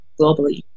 globally